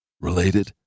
Related